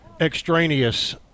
extraneous